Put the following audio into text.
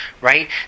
right